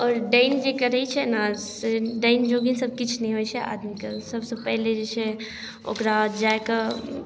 आओर डाइन जे करै छै ने से डाइन जोगिन सबकिछु नहि होइ छै आदमीके सबसँ पहिले जे छै ओकरा जाकऽ